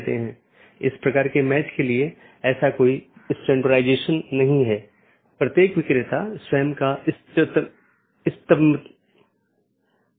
हालाँकि एक multi home AS को इस प्रकार कॉन्फ़िगर किया जाता है कि यह ट्रैफिक को आगे न बढ़ाए और पारगमन ट्रैफिक को आगे संचारित न करे